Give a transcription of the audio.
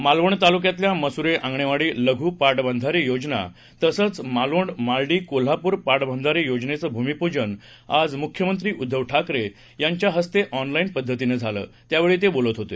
मालवण तालुक्यातल्या मसूरे आंगणेवाडी लघू पाटबंधारे योजना तसंच मालोंड मालडी कोल्हापूर पाटबंधारे योजनेचं भूमिपूजन आज मुख्यमंत्री उद्दव ठाकरे यांच्या हस्ते ऑनलाईन पद्धतीनं झालं त्यावेळी ते बोलत होते